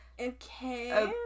okay